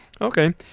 Okay